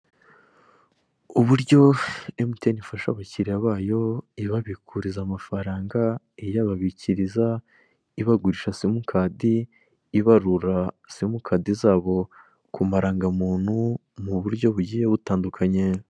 Uburyo Mtn ifasha abakiriya bayo ibabikuriza amafaranga, iyababikiriza, ibagurisha simukadi, ibarura simukadi zabo ku marangamuntu mu buryo bugiye butandukanye.